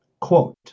Quote